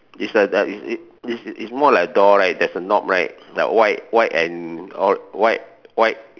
is more like is is is a door there's a knob right like white white and white white